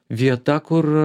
vieta kur